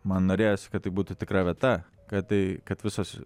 man norėjosi kad tai būtų tikra vieta kad tai kad visos